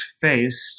faced